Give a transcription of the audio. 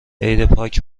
عیدپاک